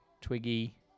Twiggy